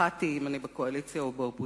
אחת היא אם אני בקואליציה או באופוזיציה,